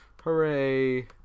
Hooray